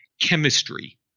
chemistry